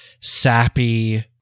sappy